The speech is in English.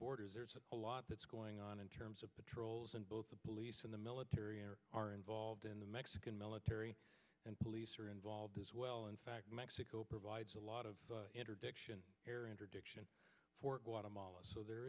there's a lot that's going on in terms of patrols and both the police and the military are involved in the mexican military and police are involved as well in fact mexico provides a lot of interdiction interdiction for guatemala so there